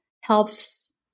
helps